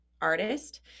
artist